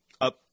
up